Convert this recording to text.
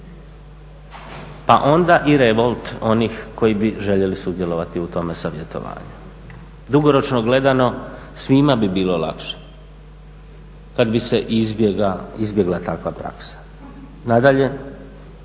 pa onda i revolt onih koji bi željeli sudjelovati u tome savjetovanju. Dugoročno gledano svima bi bilo lakše kad bi se izbjegla takva praksa. Nadalje,